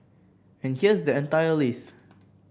and here's the entire list